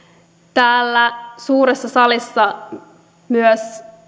täällä suuressa salissa myös